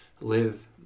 live